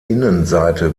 innenseite